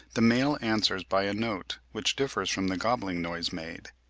the male answers by a note which differs from the gobbling noise made,